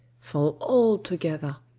fall all together.